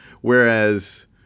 whereas